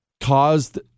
caused